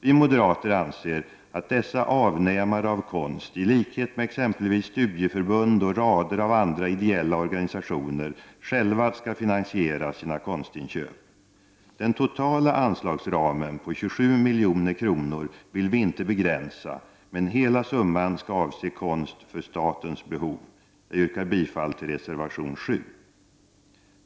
Vi moderater anser att dessa avnämare av konst, i likhet med exempelvis studieförbund och rader av andra ideella organisationer, själva skall finansiera sina konstinköp. Den totala anslagsramen på 27 milj.kr. vill vi inte begränsa, men hela summan skall avse konst för statens behov. Jag yrkar bifall till reservation 7.